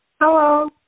Hello